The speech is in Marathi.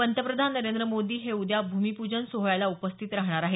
पंतप्रधान नरेंद्र मोदी हे उद्या भूमीपूजन सोहळ्याला उपस्थित राहणार आहेत